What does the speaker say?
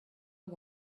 not